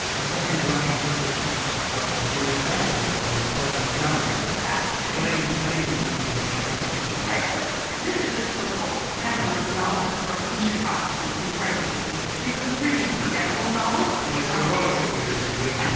and sometimes riding portraits of of jewish characters that were quite unflattering exactly and playing playing with some of the caricature right so this is just a little sampling of the novels that he wrote in chicago he was incredibly prolific these are pretty forgettable novels well it's um heroic of you that you read